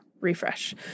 Refresh